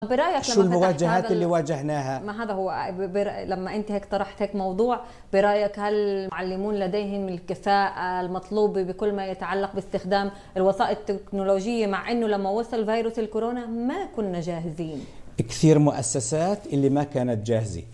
מה ההתגלגות שהתגלגלנו בהם? היו הרבה מועססות שהן לא היו מותנות.